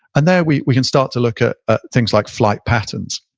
and there we we can start to look at things like flight patterns.